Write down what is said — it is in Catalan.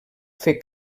fer